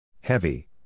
Heavy